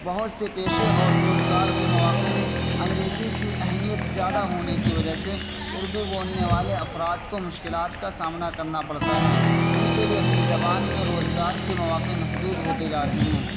بہت سے پیشے اور روزگار کے مواقع میں انگریزی کی اہمیت زیادہ ہونے کی وجہ سے اردو بولنے والے افراد کو مشکلات کا سامنا کرنا پڑتا ہے ان کے لیے اپنی زبان میں روزگار کے مواقع محدود ہوتے جا رہے ہیں